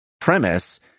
premise